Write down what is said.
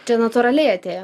čia natūraliai atėjo